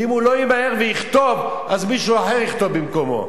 ואם הוא לא ימהר ויכתוב, מישהו אחר יכתוב במקומו.